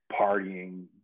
partying